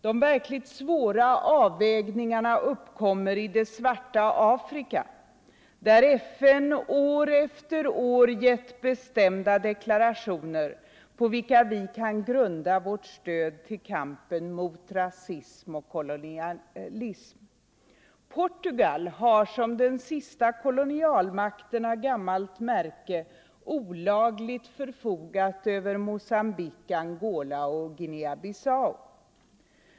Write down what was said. De verkligt svåra avvägningarna uppkommer i det svarta Afrika, där FN år efter år avgett bestämda deklarationer, på vilka vi kan grunda vårt stöd till kampen mot rasism och kolonialism. Portugal har som den sista kolonialmakten av gammalt märke olagligt förfogat över Mogambique, Angola och Guinea-Bissau.